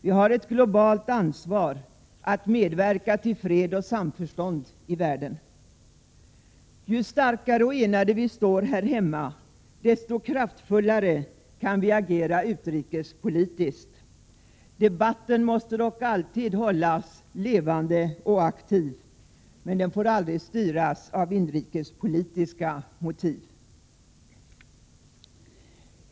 Vi har ett globalt ansvar — att medverka till fred och samförstånd i världen. Ju starkare och mer enade vi står här hemma, desto kraftfullare kan vi agera utrikespolitiskt. Debatten måste dock alltid hållas levande och aktiv. Men den får aldrig styras av inrikespolitiska motiv.